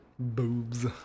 Boobs